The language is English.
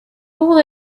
all